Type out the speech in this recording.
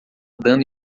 dando